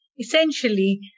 essentially